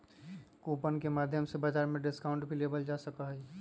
coupon के माध्यम से बाजार में डिस्काउंट भी लेबल जा सका हई